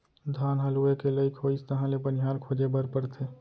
धान ह लूए के लइक होइस तहाँ ले बनिहार खोजे बर परथे